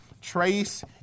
Trace